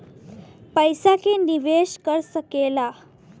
पइसा के निवेस कर सकेला